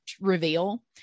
reveal